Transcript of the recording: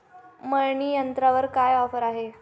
मळणी यंत्रावर काय ऑफर आहे?